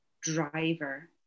driver